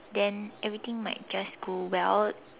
then everything might just go well